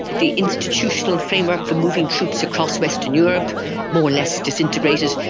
the institutional framework for moving troops across western europe more or less disintegrated,